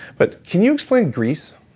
but can you explain greece?